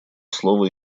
слово